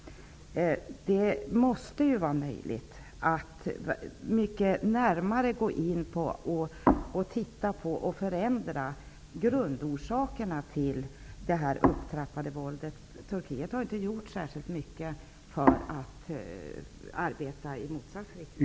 Det måste vara möjligt att utröna och eliminera grundorsakerna till detta upptrappade våld. Turkiet har inte gjort särskilt mycket för att arbeta i denna riktning.